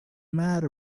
matter